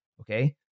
Okay